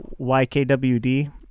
YKWD